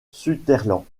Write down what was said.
sutherland